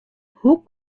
hoe